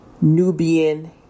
Nubian